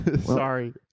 Sorry